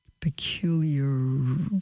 peculiar